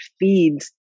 feeds